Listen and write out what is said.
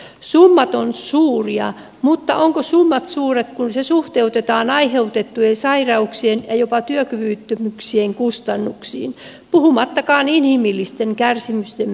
summat ovat suuria mutta ovatko summat suuria kun ne suhteutetaan aiheutettujen sairauksien ja jopa työkyvyttömyyksien kustannuksiin puhumattakaan inhimillisten kärsimysten määrästä